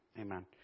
amen